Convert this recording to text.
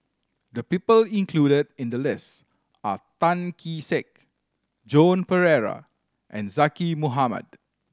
the people included in the list are Tan Kee Sek Joan Pereira and Zaqy Mohamad